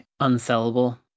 unsellable